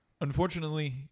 Unfortunately